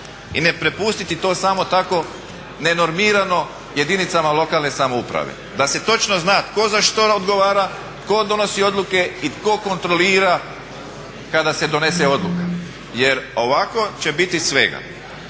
i ne prepustiti to samo tako nenormirano jedinicama lokalne samouprave da se točno zna tko za što odgovara, tko donosi odluke i tko kontrolira kada se donese odluka. Jer ovako će biti svega.